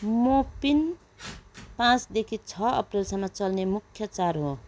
मोपिन पाँचदेखि छ अप्रेलसम्म चल्ने मुख्य चाड हो